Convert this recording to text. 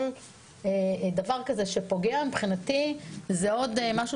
כל דבר כזה שפוגע מבחינתי זה עוד משהו